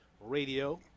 radio